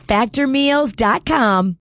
Factormeals.com